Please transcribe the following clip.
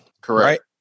Correct